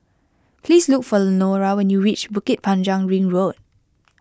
please look for Lenora when you reach Bukit Panjang Ring Road